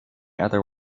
other